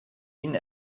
ihnen